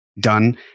done